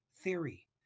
theory